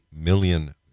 million